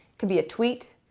could be a tweet.